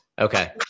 Okay